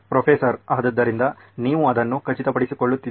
professor ಆದ್ದರಿಂದ ನೀವು ಅದನ್ನು ಖಚಿತಪಡಿಸಿಕೊಳ್ಳುತ್ತಿದ್ದೀರಿ